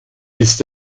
ist